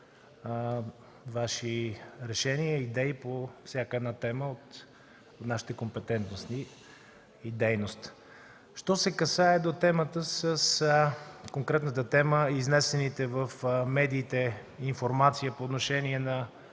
Вашите решения и идеи по всяка една тема от нашите компетентности и дейности. Що се касае до конкретната тема, изнесената в медиите информация по отношение на